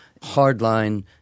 hardline